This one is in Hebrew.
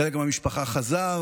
חלק מהמשפחה חזר,